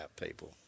people